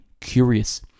curious